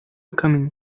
coming